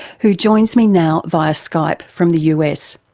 who joins me now via skype from the us.